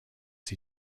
sie